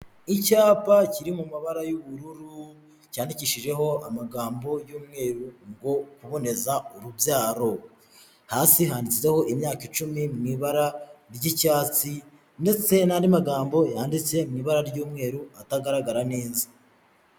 Icyapa kiri mu mabara y'ubururu cyandikishijeho amagambo y'umweru ngo kuboneza urubyaro, hasi handitseho imyaka icumi mu ibara ry'icyatsi, ndetse n'andi magambo yanditse mu ibara ry'umweru atagaragara neza.